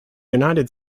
united